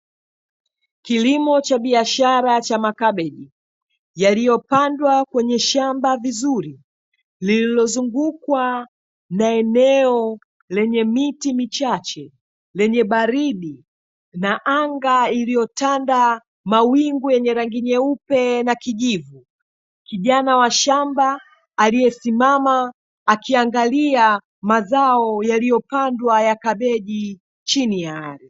Kilimo cha biashara cha makabichi, yaliyopandwa kwenye shamba vizuri, lililozungukwa na eneo lenye miti michache lenye baridi, na anga iliyotanda mawingu yenye rangi nyeupe na kijivu. Kijana wa shamba aliyesimama akiangalia mazao yaliyopandwa ya kabichi chini ya adrhi.